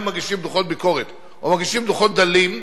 מגישים דוחות ביקורת או מגישים דוחות דלים,